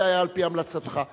זה היה על-פי המלצתך.